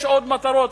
יש עוד מטרות.